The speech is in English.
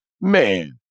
Man